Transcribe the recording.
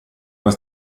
alla